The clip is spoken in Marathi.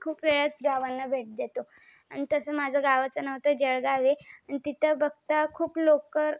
खूप वेळा गावांना भेट देतो आणि तसंच माझ्या गावाचं नाव तर जळगाव आहे आणि तिथं बघता खूप लोक